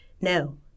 no